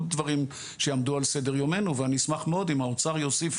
דברים שיעמדו על סדר יומנו ואני אשמח מאוד אם האוצר יוסיף